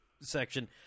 section